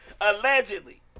Allegedly